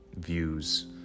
views